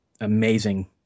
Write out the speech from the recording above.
amazing